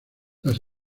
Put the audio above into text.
las